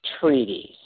treaties